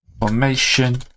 Formation